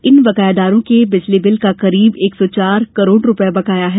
इन बकायादारों के बिजली बिल का करीब एक सौ चार करोड़ रुपया बकाया है